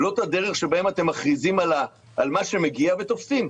לא את הדרך שבה אתם מכריזים על שמגיע ותופסים.